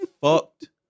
fucked